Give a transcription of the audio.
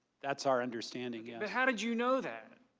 that's our understanding. and how did you know that.